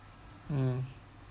uhm